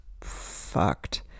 fucked